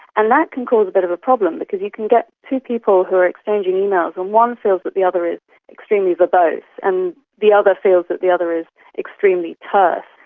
and that can cause a bit of a problem because you can get two people who are exchanging emails, and one feels that the other is extremely verbose and the other feels that the other is extremely terse,